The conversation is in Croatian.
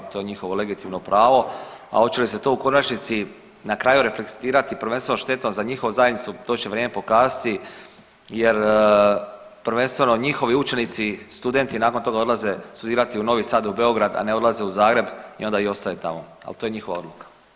To je njihovo legitimno pravo, a oće li se to u konačnici na kraju reflektirati prvenstveno štetno za njihovu zajednicu to će vrijeme pokazati jer prvenstveno njihovi učenici, studenti nakon toga odlaze studirati u Novi Sad, u Beograd, a ne odlaze u Zagreb i onda i ostaju tamo, ali to je njihova odluka.